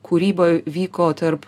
kūryba vyko tarp